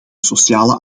sociale